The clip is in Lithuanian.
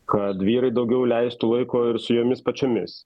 kad vyrai daugiau leistų laiko ir su jomis pačiomis